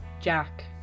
Jack